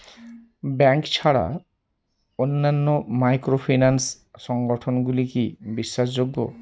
Bank ছাড়া অন্যান্য microfinance সংগঠন গুলি কি বিশ্বাসযোগ্য?